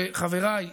וחבריי,